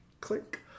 click